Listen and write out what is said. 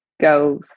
go